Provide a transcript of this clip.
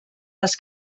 les